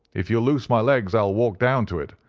if you'll loose my legs i'll walk down to it.